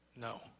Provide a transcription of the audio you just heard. No